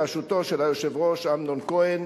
בראשותו של היושב-ראש אמנון כהן,